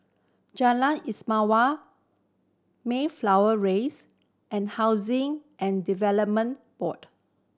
Jalan Istimewa Mayflower Rise and Housing and Development Board